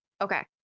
okay